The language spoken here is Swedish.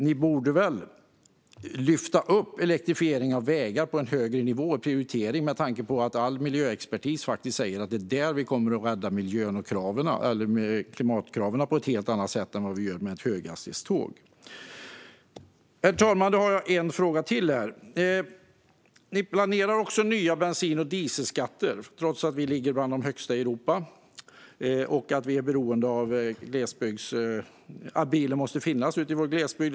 Ni borde väl lyfta upp elektrifieringen av vägar på en högre prioriteringsnivå med tanke på att all miljöexpertis säger att det är där vi kommer att rädda miljön och uppfylla klimatkraven på ett helt annat sätt än vi gör med höghastighetståg. Ni planerar också nya bensin och dieselskatter trots att de vi har ligger bland de högsta i Europa och att bilen måste finnas ute i glesbygd.